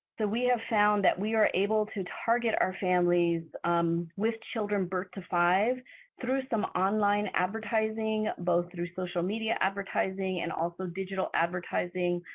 we have found that we are able to target our families um with children birth to five through some online advertising both through social media advertising and also digital advertising